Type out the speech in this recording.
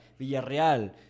Villarreal